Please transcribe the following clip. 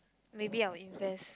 maybe I will invest